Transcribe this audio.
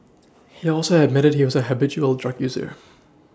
he also admitted he was a habitual drug user